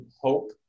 hope